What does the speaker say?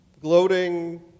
Gloating